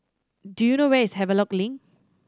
do you know where is Havelock Link